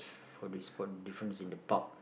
for this for difference in the park